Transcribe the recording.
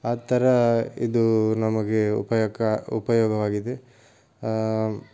ಆ ಥರ ಇದು ನಮಗೆ ಉಪಯೋಕ ಉಪಯೋಗವಾಗಿದೆ